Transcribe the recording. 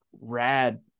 rad